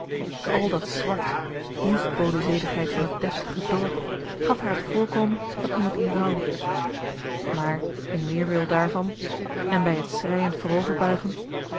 al het zwart dienst boden zedigheid van het deftige dorp gaf haar het voorkomen van iemand in rouw maar in weerwil daarvan en bij het schreiend